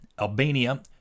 Albania